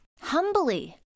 humbly